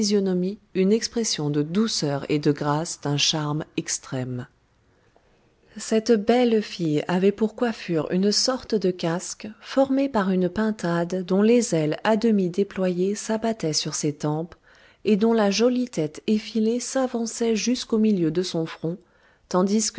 une expression de douceur et de grâce d'un charme extrême cette belle fille avait pour coiffure une sorte de casque formé par une pintade dont les ailes à demi déployées s'abattaient sur ses tempes et dont la jolie tête effilée s'avançait jusqu'au milieu de son front tandis